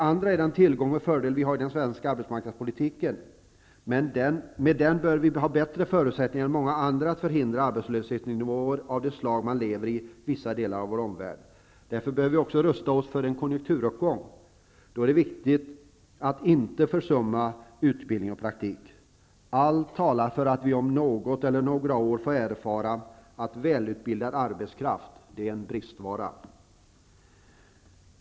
Vidare har vi en fördel i den svenska arbetsmarknadspolitiken. Med den bör vi ha bättre förutsättningar än många andra att förhindra arbetslöshetsnivåer av det slag man lever med i vissa delar av vår omvärld. Därför bör vi också rusta oss för en konjunkturuppgång. Då är det viktigt att inte försumma utbildning och praktik. Allt talar för att vi om något eller några år får erfara att välutbildad arbetskraft är en bristvara.